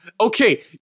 Okay